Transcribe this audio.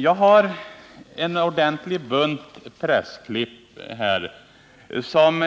Jag har i min hand en ordentlig bunt pressklipp, som